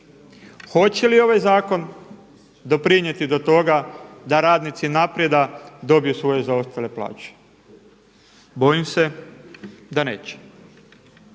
Hoće li ovaj zakon doprinijeti do toga da radnici „Naprijed“ dobiju svoje zaostale plaće? Bojim se da neće.